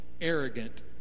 Arrogant